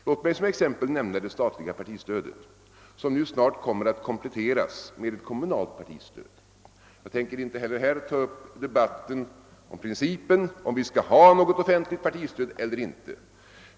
Låt mig som ett exempel nämna det statliga partistödet som snart kommer att kompletteras med kommunalt partistöd. Jag tänker inte här ta upp debatten angående principen om vi skall ha något offentligt partistöd eller inte.